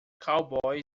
cowboy